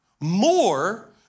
more